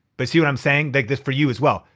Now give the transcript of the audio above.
but see what i'm saying? like this for you as well.